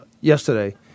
yesterday